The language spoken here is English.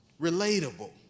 relatable